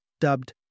dubbed